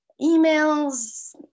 emails